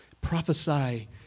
Prophesy